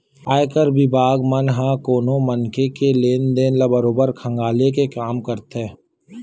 आयकर बिभाग मन ह कोनो मनखे के लेन देन ल बरोबर खंघाले के काम करथे